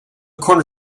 corner